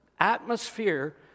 atmosphere